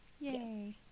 Yay